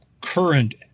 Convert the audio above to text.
current